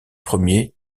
premiers